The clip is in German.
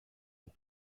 und